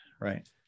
Right